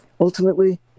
Ultimately